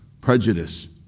prejudice